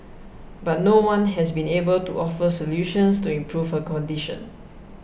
but no one has been able to offer solutions to improve her condition